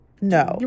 No